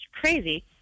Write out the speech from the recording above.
crazy